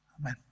Amen